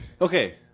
Okay